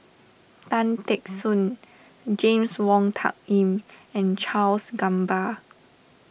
Tan Teck Soon James Wong Tuck Yim and Charles Gamba